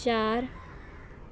ਚਾਰ